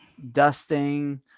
dusting